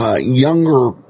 younger